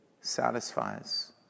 satisfies